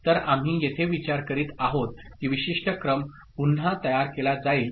तर आम्ही येथे विचार करीत आहोत की विशिष्ट क्रम पुन्हा तयार केला जाईल